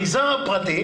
במגזר הפרטי